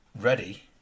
ready